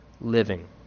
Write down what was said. living